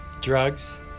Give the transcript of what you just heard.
Drugs